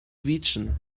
vegan